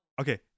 Okay